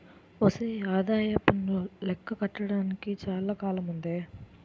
ఒసే ఆదాయప్పన్ను లెక్క కట్టడానికి చాలా కాలముందే